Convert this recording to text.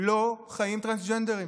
לא חיים טרנסג'נדרים.